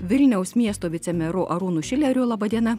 vilniaus miesto vicemeru arūnu šileriu laba diena